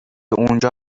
اونجا